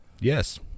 Yes